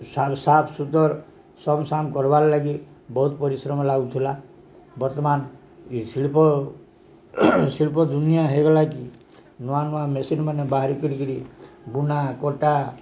ସାଫସୁତର ସବୁ ସାମ କର୍ବାର୍ ଲାଗି ବହୁତ ପରିଶ୍ରମ ଲାଗୁଥିଲା ବର୍ତ୍ତମାନ ଶିଳ୍ପ ଶିଳ୍ପ ଦୁନିଆ ହେଇଗଲା କିି ନୂଆ ନୂଆ ମେସିନ୍ମାନେ ବାହାରି କିିରିକିରି ବୁଣା କଟା